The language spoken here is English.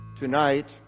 tonight